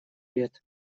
лет